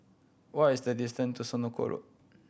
what is the distance to Senoko Road